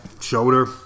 shoulder